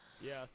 Yes